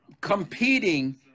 competing